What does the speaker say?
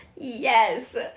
Yes